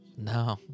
no